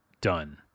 done